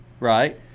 Right